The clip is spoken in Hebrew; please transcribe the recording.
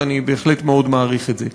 ואני בהחלט מאוד מעריך את זה.